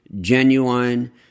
genuine